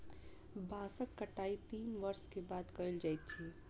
बांसक कटाई तीन वर्ष के बाद कयल जाइत अछि